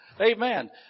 Amen